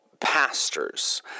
Pastors